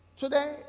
today